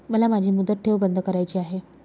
मला माझी मुदत ठेव बंद करायची आहे